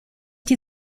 die